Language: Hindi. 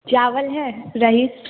चावल है रईस